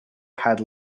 had